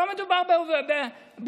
לא מדובר בעבריינים,